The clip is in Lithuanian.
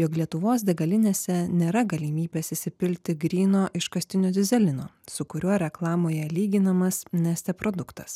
jog lietuvos degalinėse nėra galimybės įsipilti gryno iškastinio dyzelino su kuriuo reklamoje lyginamas neste produktas